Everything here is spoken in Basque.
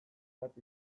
bat